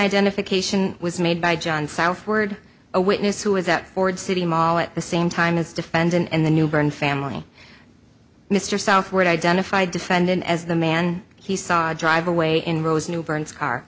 identification was made by john southward a witness who was at ford city mall at the same time as defendant and the new bern family mr southward identified defendant as the man he saw drive away in rose new burns car